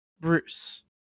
Bruce